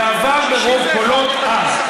בשנת 2000 ועבר ברוב קולות אז.